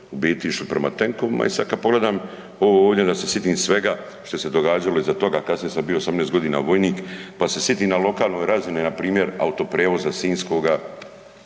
biti išli prema tenkovima i sada kada pogledam ovo ovdje onda se sitim svega što se događalo iza toga, kasnije sam bio 18 godina vojnik, pa se sitim na lokalnoj razini npr. autoprijevoza sinjskoga